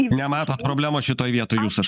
nematot problemos šitoj vietoj jūs aš